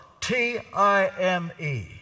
T-I-M-E